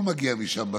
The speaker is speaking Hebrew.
הכול מגיע משם בסוף,